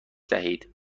دهید